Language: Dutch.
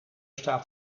staat